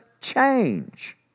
change